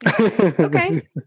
okay